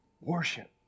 worship